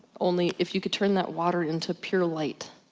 only, if you could turn that water into pure light.